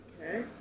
Okay